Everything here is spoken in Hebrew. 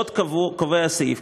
עוד קובע הסעיף,